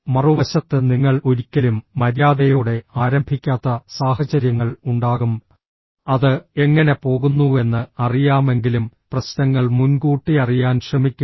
മറുവശത്ത് നിങ്ങൾ ഒരിക്കലും മര്യാദയോടെ ആരംഭിക്കാത്ത സാഹചര്യങ്ങൾ ഉണ്ടാകും അത് എങ്ങനെ പോകുന്നുവെന്ന് അറിയാമെങ്കിലും പ്രശ്നങ്ങൾ മുൻകൂട്ടി അറിയാൻ ശ്രമിക്കുക